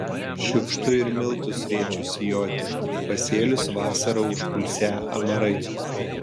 šiukštu ir miltus rėčiu sijoti pasėlius vasarą užpulsią amarai